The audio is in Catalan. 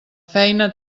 feina